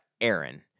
Aaron